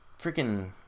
freaking